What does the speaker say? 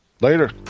Later